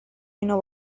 اینو